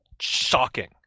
shocking